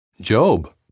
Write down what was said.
Job